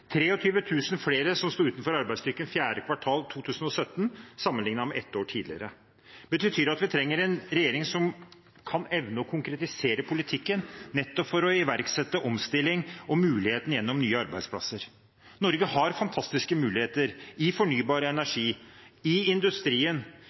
23 000 flere som sto utenfor arbeidsstyrken i fjerde kvartal 2017, sammenlignet med ett år tidligere. Det betyr at vi trenger en regjering som kan evne å konkretisere politikken, nettopp for å iverksette omstilling og mulighetene gjennom nye arbeidsplasser. Norge har fantastiske muligheter i fornybar